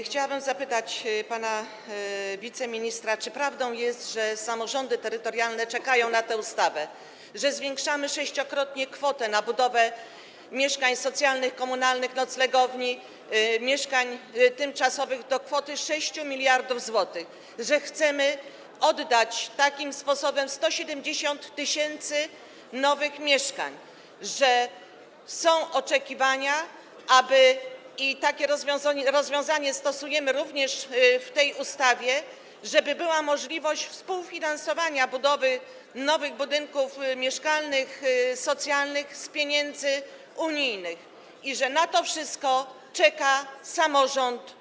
Chciałabym zapytać pana wiceministra, czy prawdą jest, że samorządy terytorialne czekają na tę ustawę, że zwiększamy sześciokrotnie kwotę na budowę mieszkań socjalnych, komunalnych, noclegowni, mieszkań tymczasowych do kwoty 6 mld zł, że chcemy oddać takim sposobem 170 tys. nowych mieszkań, że są oczekiwania, aby - i takie rozwiązanie stosujemy również w tej ustawie - była możliwość współfinansowania budowy nowych budynków mieszkalnych, socjalnych z pieniędzy unijnych, i że na to wszystko czeka polski samorząd.